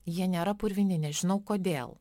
jie nėra purvini nežinau kodėl